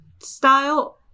style